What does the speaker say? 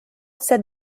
said